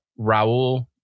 Raul